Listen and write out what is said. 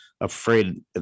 afraid